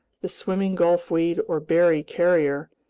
the swimming gulfweed or berry carrier,